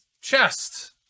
chest